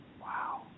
Wow